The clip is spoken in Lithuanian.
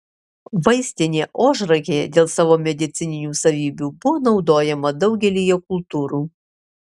vaistinė ožragė dėl savo medicininių savybių buvo naudojama daugelyje kultūrų